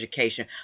education